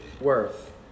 worth